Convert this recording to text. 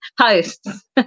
hosts